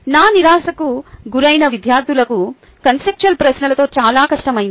నా నిరాశకు గురైన విద్యార్థులకు కాన్సెప్షుల్ ప్రశ్నలతో చాలా కష్టమైంది